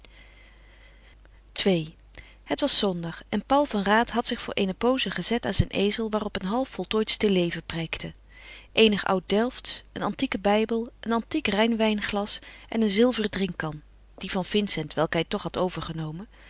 ii het was zondag en paul van raat had zich voor eene pooze gezet aan zijn ezel waarop een half voltooid stilleven prijkte eenig oud delftsch een antieke bijbel een antiek rijnwijnglas en een zilveren drinkkan die van vincent welke hij toch had overgenomen